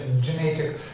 genetic